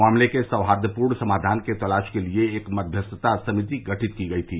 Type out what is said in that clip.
मामले के सौहार्दपूर्ण समाधान के तलाश के लिए एक मध्यस्थता समिति गठित की गयी थी